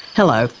hello,